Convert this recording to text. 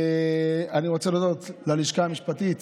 אני רוצה להודות ללשכה המשפטית